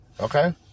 Okay